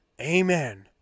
amen